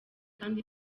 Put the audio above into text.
kandi